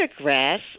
grass